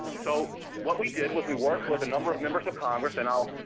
so what we did was we worked with a number of members of congress, and i'll